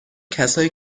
کسایی